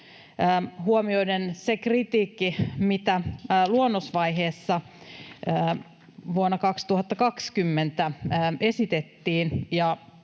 huomioiden sen kritiikin, mitä luonnosvaiheessa vuonna 2020 esitettiin,